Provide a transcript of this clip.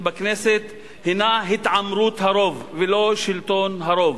בכנסת הינה התעמרות הרוב ולא שלטון הרוב.